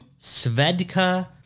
Svedka